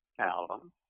album